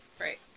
right